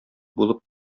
булып